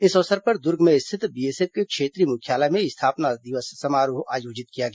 इस अवसर पर दुर्ग में स्थित बीएसएफ के क्षेत्रीय मुख्यालय में स्थापना दिवस समारोह आयोजित किया गया